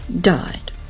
Died